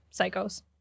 psychos